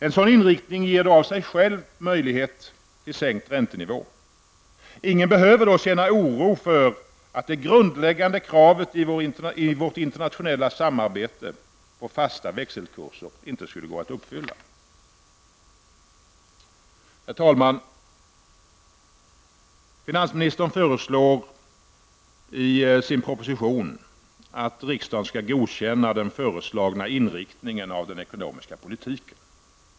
En sådan inriktning ger då av sig själv möjlighet till sänkt räntenivå. Ingen behöver känna oro för att det grundläggande kravet i vårt internationella samarbete på fasta växelkurser inte skulle gå att uppfylla. Herr talman! Finansministern föreslår i sin proposition att riksdagen skall godkänna den föreslagna inriktningen av den ekonomiska politiken.